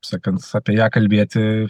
sakant apie ją kalbėti